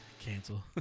Cancel